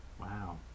wow